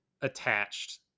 attached